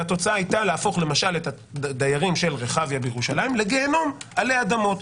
והתוצאה הייתה להפוך את החיים של הדיירים ברחביה לגיהינום עלי אדמות.